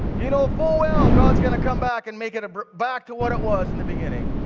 you know full well god's gonna come back and make it back to what it was in the beginning.